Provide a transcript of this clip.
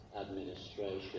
administration